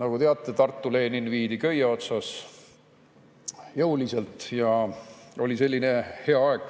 Nagu teate, Tartu Lenin viidi köie otsas, jõuliselt ära. Oli selline hea aeg,